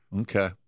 Okay